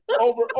over